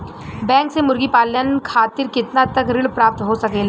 Bank से मुर्गी पालन खातिर कितना तक ऋण प्राप्त हो सकेला?